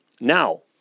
Now